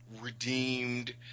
redeemed